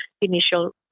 initial